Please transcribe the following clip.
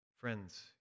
Friends